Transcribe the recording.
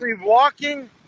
walking